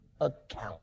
account